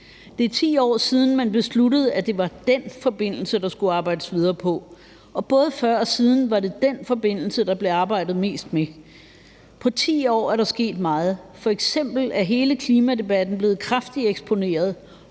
Det er 10 år siden, man besluttede, at det var den forbindelse, der skulle arbejdes videre på, og både før og siden var det den forbindelse, der blev arbejdet mest med. På 10 år er der sket meget. F.eks. er hele klimadebatten blevet kraftigt eksponeret